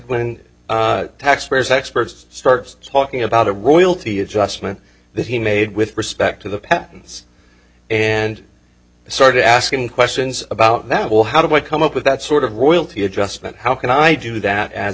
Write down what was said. when taxpayers experts starts talking about a royalty adjustment that he made with respect to the patents and started asking questions about that well how do i come up with that sort of royalty adjustment how can i do that as